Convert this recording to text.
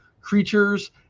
creatures